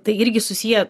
tai irgi susiję